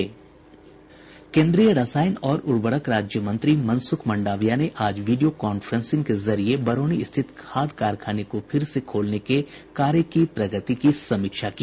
केन्द्रीय रसायन और उर्वरक राज्य मंत्री मनसुख मंडाविया ने आज वीडियो कॉफ्रेंसिंग के जरिये बरौनी स्थित खाद कारखाने को फिर से खोलने के कार्य की प्रगति की समीक्षा की